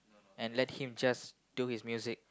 and let him just do his music